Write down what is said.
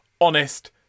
honest